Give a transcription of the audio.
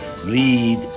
Lead